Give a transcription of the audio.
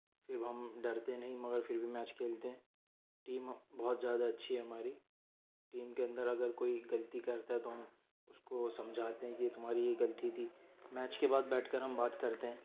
پھر بھی ہم ڈرتے نہیں مگر پھر بھی میچ کھیلتے ہیں ٹیم بہت زیادہ اچھی ہے ہماری ٹیم کے اندر اگر کوئی غلطی کرتا ہے تو ہم اس کو سمجھاتے ہیں کہ یہ تمہاری یہ غلطی تھی میچ کے بعد بیٹھ کر ہم کر بات کرتے ہیں